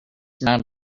not